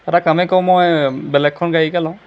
এটা কামেই কৰো মই বেলেগখন গাড়ীকে লওঁ